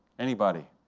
anybody?